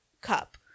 cup